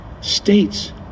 States